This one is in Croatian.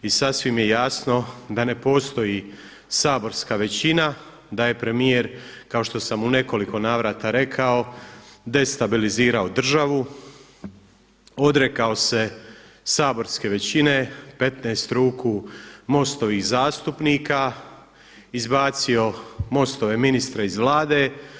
I sasvim je jasno da ne postoji saborska većina, da je premijer kao što sam u nekoliko navrata rekao destabilizirao državu, odrekao se saborske većine, 15 ruku MOST-ovih zastupnika, izbacio MOST-ove ministre iz Vlade.